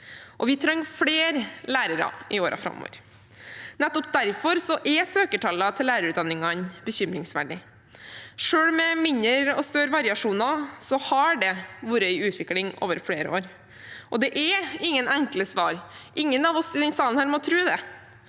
vi trenger flere lærere i årene framover. Nettopp derfor er søkertallene til lærerutdanningene bekymringsfulle. Selv med mindre og større variasjoner har det vært en utvikling over flere år. Det er ingen enkle svar. Ingen av oss i denne salen må tro det.